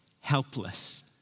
helpless